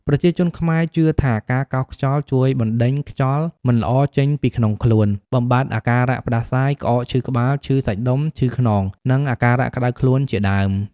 ប្រជាជនខ្មែរជឿថាការកោសខ្យល់ជួយបណ្តេញខ្យល់មិនល្អចេញពីក្នុងខ្លួន បំបាត់អាការៈផ្តាសាយ ក្អក ឈឺក្បាល ឈឺសាច់ដុំ ឈឺខ្នង និងអាការៈក្ដៅខ្លួនជាដើម។